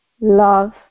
love